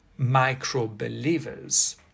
Microbelievers